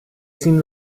seem